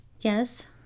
Yes